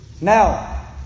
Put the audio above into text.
Now